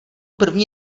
první